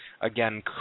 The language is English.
Again